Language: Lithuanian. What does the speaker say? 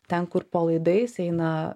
ten kur po laidais eina